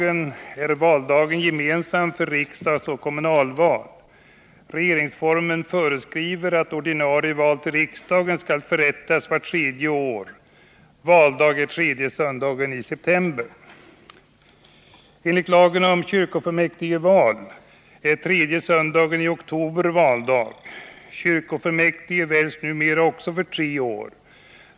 Enligt lagen om kyrkofullmäktigval är tredje söndagen i oktober valdag. Kyrkofullmäktige väljs numera också för tre år.